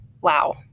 Wow